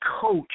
coach